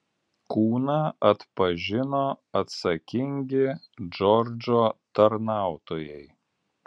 kūną atpažino atsakingi džordžo tarnautojai